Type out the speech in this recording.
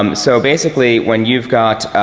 um so basically when you've got,